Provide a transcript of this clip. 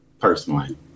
personally